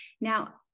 Now